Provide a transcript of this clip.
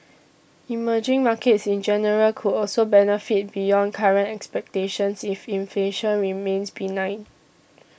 emerging markets in general could also benefit beyond current expectations if inflation remains benign